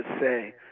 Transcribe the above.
say